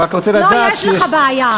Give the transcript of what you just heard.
אני רק רוצה לדעת, לא, יש לך בעיה.